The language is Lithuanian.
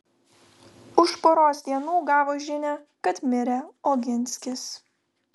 už poros dienų gavo žinią kad mirė oginskis